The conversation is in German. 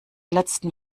letzten